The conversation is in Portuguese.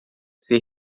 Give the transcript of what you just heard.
ser